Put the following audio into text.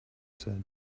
said